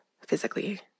physically